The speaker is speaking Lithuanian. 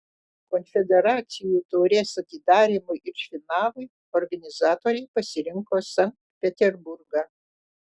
konfederacijų taurės atidarymui ir finalui organizatoriai pasirinko sankt peterburgą